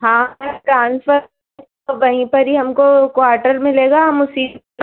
हाँ ट्रांसफर तो वहीं पर ही हमको क्वाटर मिलेगा हम उसी